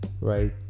right